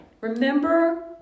Remember